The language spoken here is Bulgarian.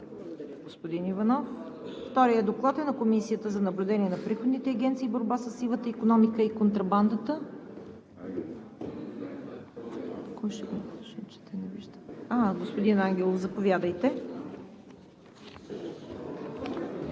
господин Иванов. Вторият Доклад е на Комисията за наблюдение на приходните агенции и борба със сивата икономика и контрабандата. Господин Ангелов, заповядайте.